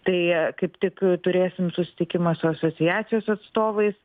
tai kaip tik turėsim susitikimą su asociacijos atstovais